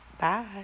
Bye